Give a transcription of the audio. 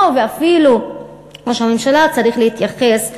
ואפילו ראש הממשלה צריך להתייחס אליהן.